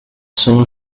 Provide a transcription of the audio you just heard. sono